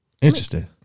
Interesting